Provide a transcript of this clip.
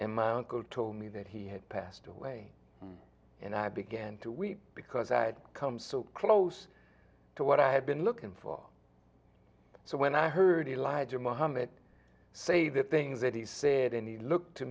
and my uncle told me that he had passed away and i began to weep because i had come so close to what i had been looking for so when i heard elijah mohammed say that things that he said and he looked to